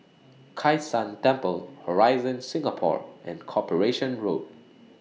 Kai San Temple Horizon Singapore and Corporation Road